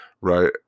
right